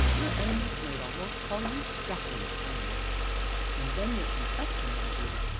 your enemies might almost call you strapping alack! and then your complexion, my dear,